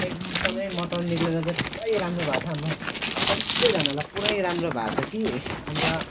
एकदम मोटर निस्केर चाहिँ सब राम्रो भएको छ हाम्रो सबजनालाई पुरै राम्रो भएको छ कि अन्त